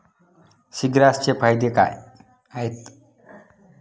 सीग्रासचे फायदे काय आहेत?